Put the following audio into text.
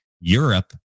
Europe